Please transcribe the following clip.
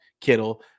Kittle